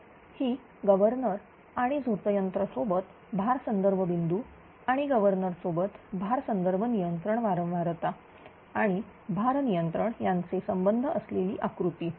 तर ही गवर्नर आणि झोतयंत्र सोबत भार संदर्भ बिंदू आणि गव्हर्नर सोबत भार संदर्भ नियंत्रण वारंवारता आणि भार नियंत्रण यांचे संबंध असलेली आकृती